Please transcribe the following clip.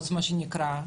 מה שנקרא,